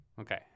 Okay